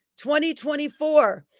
2024